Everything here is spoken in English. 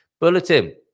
bulletin